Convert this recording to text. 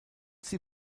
sie